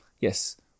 Yes